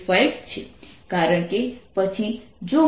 × BμJconduction00E∂t કારણ કે પછી જો હું